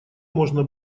можно